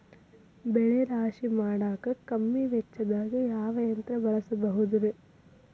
ಬೆಳೆ ರಾಶಿ ಮಾಡಾಕ ಕಮ್ಮಿ ವೆಚ್ಚದಾಗ ಯಾವ ಯಂತ್ರ ಬಳಸಬಹುದುರೇ?